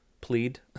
plead